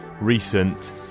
recent